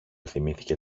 θυμήθηκε